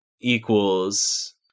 equals